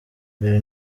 mbere